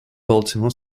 baltimore